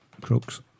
Crooks